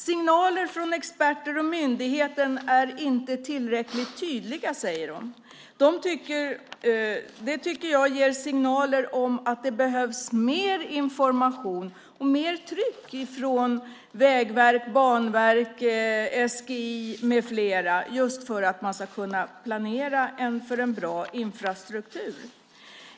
Signaler från experter och myndigheter är inte tillräckligt tydliga, säger de. Det tycker jag ger signaler om att det behövs mer information och mer tryck från Vägverket, Banverket, SGI med flera just för att man ska kunna planera för en bra infrastruktur.